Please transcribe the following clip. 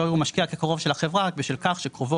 לא יראו משקיע כקרוב של החברה רק בשל כך שקרובו